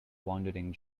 wandering